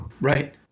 Right